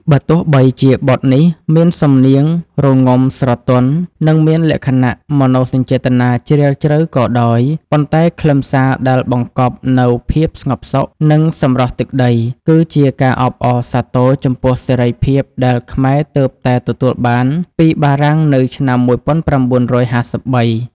បើទោះបីជាបទនេះមានសំនៀងរងំស្រទន់ និងមានលក្ខណៈមនោសញ្ចេតនាជ្រាលជ្រៅក៏ដោយ ប៉ុន្តែខ្លឹមសារដែលបង្កប់នូវភាពស្ងប់សុខ និងសម្រស់ទឹកដី គឺជាការអបអរសាទរចំពោះសេរីភាពដែលខ្មែរទើបតែទទួលបានពីបារាំងនៅឆ្នាំ ១៩៥៣។